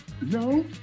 no